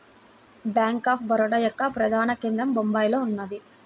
bank of Baroda యొక్క ప్రధాన కేంద్రం బొంబాయిలో ఉన్నది